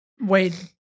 Wait